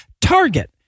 Target